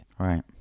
Right